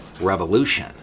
revolution